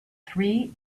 three